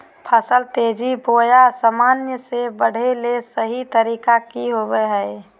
फसल तेजी बोया सामान्य से बढने के सहि तरीका कि होवय हैय?